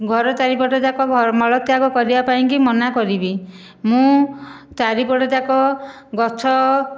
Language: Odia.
ଘର ଚାରିପଟଯାକ ମଳତ୍ୟାଗ କରିବା ପାଇଁକି ମନାକରିବି ମୁଁ ଚାରିପଟଯାକ ଗଛ